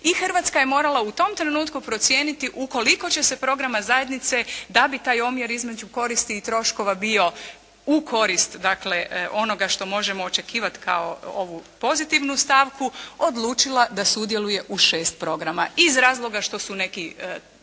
i Hrvatska je morala u tom trenutku procijeniti ukoliko će se programa zajednice da bi taj omjer između koristi i troškova bio u koristi dakle, onoga što možemo očekivati kao ovu pozitivnu stavku odlučila da sudjeluje u šest programa. Iz razloga što su neki